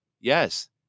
yes